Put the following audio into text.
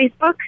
Facebook